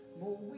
more